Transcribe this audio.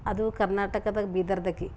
ಅದು ಕರ್ನಾಟಕದಾಗ ಬೀದರ್ದಾಕಿ